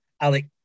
Alec